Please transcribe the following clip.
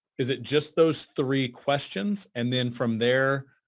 is it just those three questions and then from there,